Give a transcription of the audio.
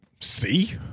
see